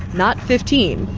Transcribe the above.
not fifteen.